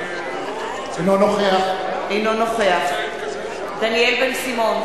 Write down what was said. אינו נוכח דניאל בן-סימון,